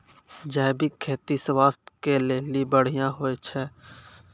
जैविक खेती स्वास्थ्य के लेली बढ़िया होय छै